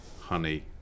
honey